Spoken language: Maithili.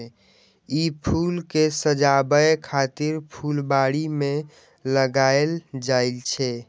ई फूल कें सजाबै खातिर फुलबाड़ी मे लगाएल जाइ छै